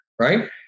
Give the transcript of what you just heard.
right